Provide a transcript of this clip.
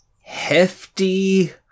Hefty